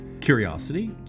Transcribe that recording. Curiosity